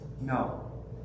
No